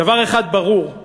דבר אחד ברור,